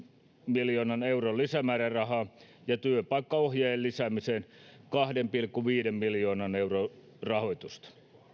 miljoonan euron lisämäärärahaa ja työpaikkaohjaajien lisäämiseen kahden pilkku viiden miljoonan euron rahoitusta